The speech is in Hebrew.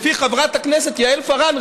לפי חברת הכנסת יעל פארן,